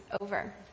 over